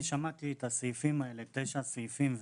שמעתי את תשעת הסעיפים האלה.